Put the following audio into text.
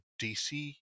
DC